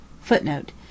footnote